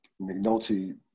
McNulty